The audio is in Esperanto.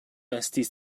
estis